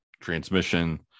transmission